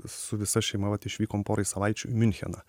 su visa šeima vat išvykom porai savaičių į miuncheną